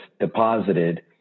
deposited